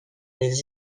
les